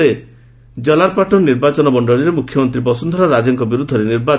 ଯିଏ କି କଲାରପାଟନ୍ ନିର୍ବାଚନ ମଣ୍ଡଳୀରେ ମୁଖ୍ୟମନ୍ତ୍ରୀ ବସୁନ୍ଧରା ରାଜେଙ୍କ ବିରୁଦ୍ଧରେ ନିର୍ବାଚନ ଲଢିବେ